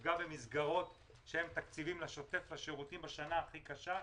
נפגע במסגרות שהן תקציבים לשוטף ולשירותים בשנה הכי קשה.